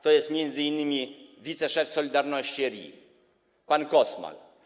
To jest m.in. wiceszef „Solidarności” RI pan Kosmal.